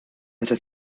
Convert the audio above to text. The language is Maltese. meta